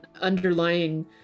underlying